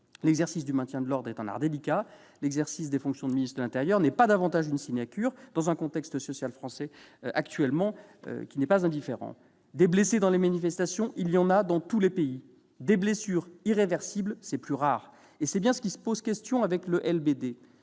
L'exercice du maintien de l'ordre est un art délicat. L'exercice des fonctions de ministre de l'intérieur n'est pas davantage une sinécure dans un contexte social français actuel, qui n'est pas indifférent. Des blessés dans les manifestations, il y en a dans tous les pays. Des blessures irréversibles, c'est plus rare ! Et c'est bien ce qui pose question avec les LBD